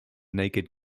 naked